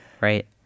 right